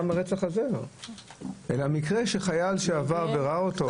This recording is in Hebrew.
מקרה שחייל שעבר וראה אותו.